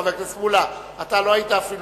חבר הכנסת מולה, אתה לא היית אפילו.